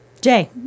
Jay